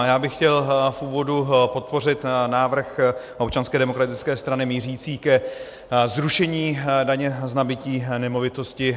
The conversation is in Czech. Já bych chtěl v úvodu podpořit návrh Občanské demokratické strany mířící ke zrušení daně z nabytí nemovitosti.